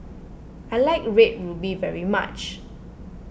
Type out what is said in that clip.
I like Red Ruby very much